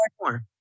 more